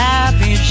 Happy